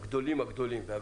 אבל הגדולים והבינוניים,